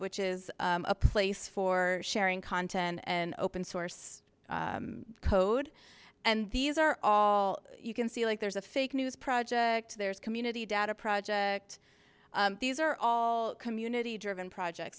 which is a place for sharing content and open source code and these are all you can see like there's a fake news project there's community data project these are all community driven project